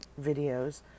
videos